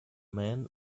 man